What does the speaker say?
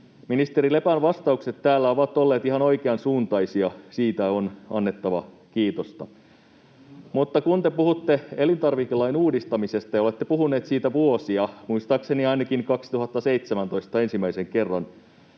Ministeri Lepän vastaukset täällä ovat olleet ihan oikeansuuntaisia, siitä on annettava kiitosta, mutta kun te puhutte elintarvikelain uudistamisesta — ja olette puhuneet siitä vuosia, muistaakseni ainakin 2017 ensimmäisen kerran